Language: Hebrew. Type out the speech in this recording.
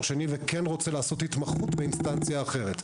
השני וכן רוצה לעשות התמחות באינסטנציה אחרת.